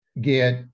get